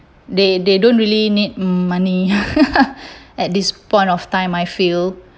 they they don't really need money at this point of time I feel